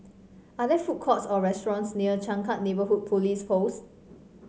are there food courts or restaurants near Changkat Neighbourhood Police Post